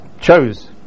chose